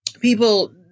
people